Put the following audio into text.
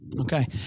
Okay